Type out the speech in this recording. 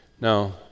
Now